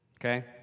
okay